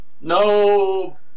No